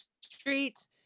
street